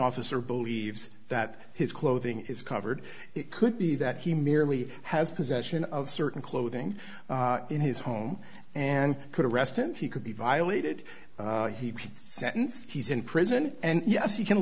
officer believes that his clothing is covered it could be that he merely has possession of certain clothing in his home and could arrest him he could be violated he's sentenced he's in prison and yes you can